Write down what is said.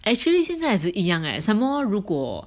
actually 现在是一样 leh some more 如果